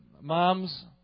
moms